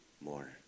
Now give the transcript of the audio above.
more